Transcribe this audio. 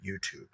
youtube